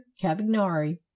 cavignari